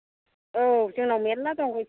औ जोंनाव मेरला दं गय फुलिया